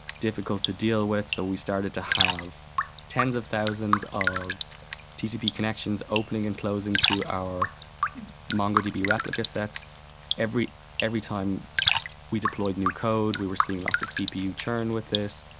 difficult to deal with, so we started to have tens of thousands of tcp connections, opening and closing to our mongodb replica sets every every time we deployed new code, we were seeing lots of cpu churn with this.